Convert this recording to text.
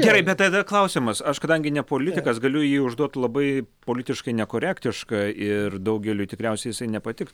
gerai bet tada klausiamas aš kadangi ne politikas galiu jį užduoti labai politiškai nekorektišką ir daugeliui tikriausiai nepatiks